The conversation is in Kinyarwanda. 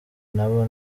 nabo